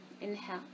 Inhale